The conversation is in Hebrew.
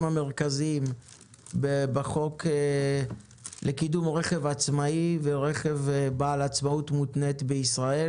המרכזיים בחוק לקידום רכב עצמאי ורכב בעל עצמאות מותנית בישראל.